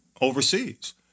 overseas